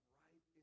right